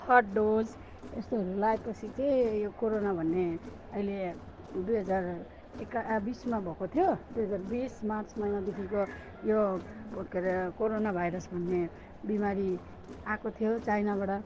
third dose यस्तोहरू लगाए पछि चाहिँ यो कोरोना भन्ने अहिले दुई हजार एक बिसमा भएको थियो दुई हजार बिस मार्च महिनादेखिको यो के हरे कोरोना भाइरस भन्ने बिमारी आएको थियो चाइनाबाट